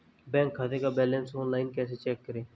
Bank खाते का balance online कैसे चेक करें?